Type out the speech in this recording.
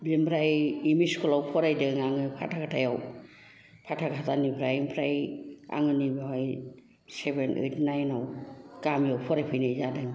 बिनिफ्राय एम इ स्कुलाव फरायदों आङो फाथाखाथायाव फाथाखाथानिफ्राय ओमफ्राय आङो नैबावहाय सेबेन ओइद नाइनाव गामियाव फरायफैनाय जादों